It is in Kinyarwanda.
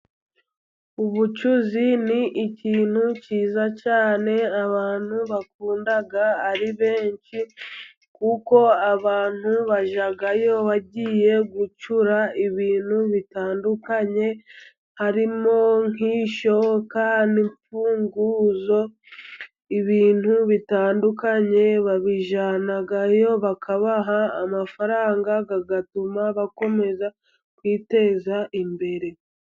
Ubucuzi ni ikintu kiza cyane, abantu bakunda ari benshi, kuko abantu bajyayo bagiye gucura ibintu bitandukanye, harimo nk'ishoka n'imfunguzo, ibintu bitandukanye babijyanayo bakabaha amafaranga, agatuma bakomeza kwiteza imbere.